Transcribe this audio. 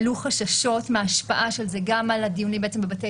עלו חששות מההשפעה גם על הדיונים בבתי